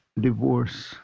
divorce